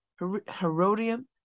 Herodium